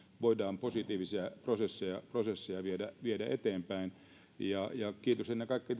voidaan positiivisia prosesseja prosesseja viedä viedä eteenpäin kiitos ennen kaikkea